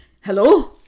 Hello